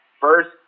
first